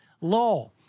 law